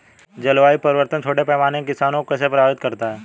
जलवायु परिवर्तन छोटे पैमाने के किसानों को कैसे प्रभावित करता है?